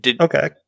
Okay